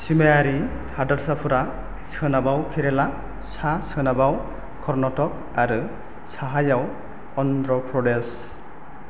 सिमायारि हादोरसाफोरा सोनाबाव केरेला सा सोनाबाव कर्नाटक आरो साहायाव अन्ध्र प्रदेश